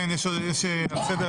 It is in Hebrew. זה.